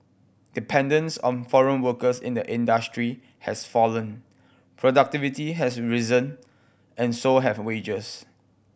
dependence on foreign workers in the industry has fallen productivity has risen and so have wages